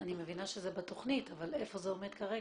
אני מבינה שזה בתוכנית, אבל איפה זה עומד כרגע?